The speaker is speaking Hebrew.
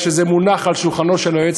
מכיוון שזה מונח על שולחנו של היועץ